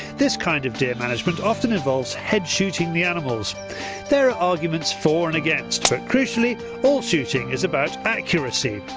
this kind of deer management often involves head shooting the animals there are arguments for and against, but crucially all shooting is about accuracy,